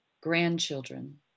grandchildren